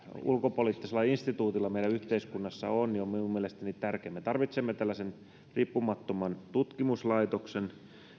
ulkopoliittisella instituutilla meidän yhteiskunnassamme on on minun mielestäni tärkeä me tarvitsemme tällaisen riippumattoman tutkimuslaitoksen